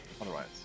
otherwise